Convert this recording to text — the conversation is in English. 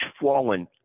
fallen